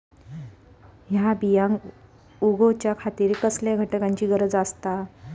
हया बियांक उगौच्या खातिर कसल्या घटकांची गरज आसता?